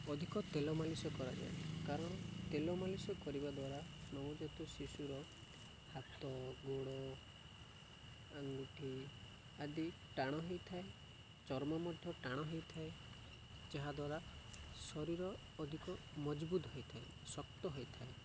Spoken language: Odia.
ଅଧିକ ତେଲ ମାଲିସ୍ କରାଯାଏ କାରଣ ତେଲ ମାଲିସ୍ କରିବା ଦ୍ୱାରା ନବଜାତ ଶିଶୁର ହାତ ଗୋଡ଼ ଆଙ୍ଗୁଠି ଆଦି ଟାଣ ହେଇଥାଏ ଚର୍ମ ମଧ୍ୟ ଟାଣ ହେଇଥାଏ ଯାହାଦ୍ୱାରା ଶରୀର ଅଧିକ ମଜବୁତ ହୋଇଥାଏ ଶକ୍ତ ହୋଇଥାଏ